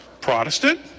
Protestant